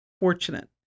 fortunate